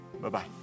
Bye-bye